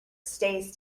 stays